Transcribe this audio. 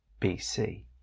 BC